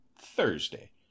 Thursday